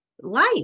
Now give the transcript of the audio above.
life